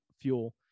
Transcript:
fuel